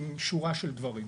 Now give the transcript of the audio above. עם שורה של דברים.